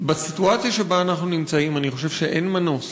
בסיטואציה שבה אנחנו נמצאים, אני חושב שאין מנוס